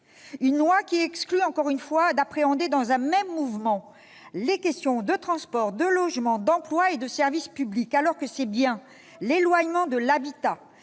une loi qui exclut, encore une fois, d'appréhender dans un même mouvement les questions de transports, de logements, d'emploi et de service public, alors même que l'éloignement de l'habitat